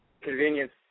Convenience